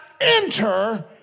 enter